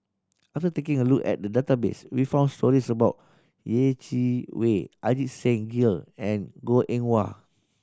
after taking a look at the database we found stories about Yeh Chi Wei Ajit Singh Gill and Goh Eng Wah